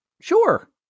Sure